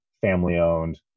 family-owned